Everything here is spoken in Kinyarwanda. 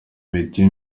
miti